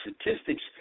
Statistics